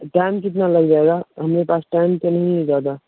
time कितना लग जाएगा हमारे पास टाइम तो नहीं है ज़्यादा